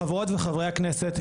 חברות וחברי הכנסת,